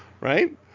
right